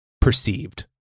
perceived